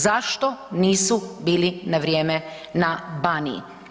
Zašto nisu bili na vrijeme na Baniji?